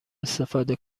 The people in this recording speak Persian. استفاده